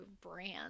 brand